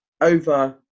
over